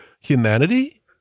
humanity